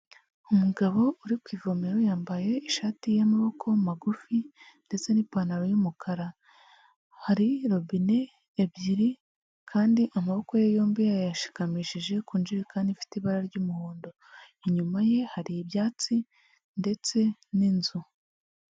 Umugabo uri ku ivomero yambaye ishati y'amaboko magufi ndetse n'ipantaro y'umukara, hari robine ebyiri kandi amaboko ye yombi yayashikamishije ku njerekani ifite ibara ry'umuhondo, inyuma ye hari ibyatsi ndetse n'inzu.